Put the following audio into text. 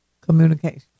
Communication